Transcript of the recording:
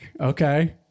Okay